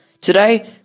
Today